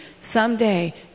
Someday